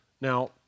Now